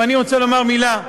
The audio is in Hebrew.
ואני רוצה לומר מילה.